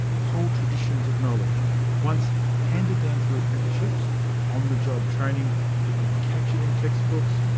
whole traditions of knowledge once handed down through apprenticeships or on-the-job training have been captured in textbooks,